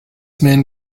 man